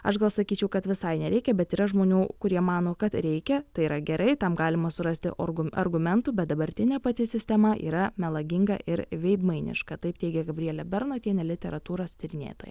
aš gal sakyčiau kad visai nereikia bet yra žmonių kurie mano kad reikia tai yra gerai tam galima surasti orgu argumentų bet dabartinė pati sistema yra melaginga ir veidmainiška taip teigia gabrielė bernotienė literatūros tyrinėtoja